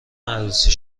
عروسی